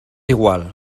igual